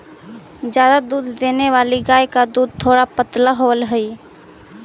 ज्यादा दूध देने वाली गाय का दूध थोड़ा पतला होवअ हई